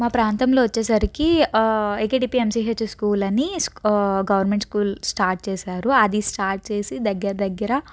మా ప్రాంతంలో వచ్చేసరికి ఎకెడిపిఎమ్సిహెచ్ స్కూల్ అని గవర్నమెంట్ స్కూల్ స్టార్ట్ చేశారు అది స్టార్ట్ చేసి దగ్గర దగ్గర